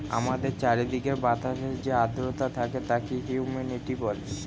আমাদের চারিদিকের বাতাসে যে আর্দ্রতা থাকে তাকে হিউমিডিটি বলে